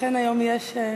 לכן היום יש,